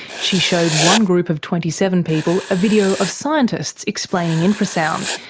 she showed one group of twenty seven people a video of scientists explaining infrasound,